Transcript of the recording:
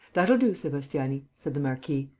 that'll do, sebastiani, said the marquis.